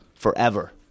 Forever